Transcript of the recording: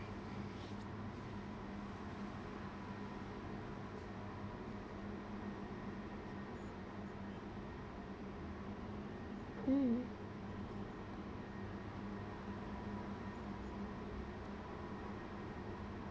mm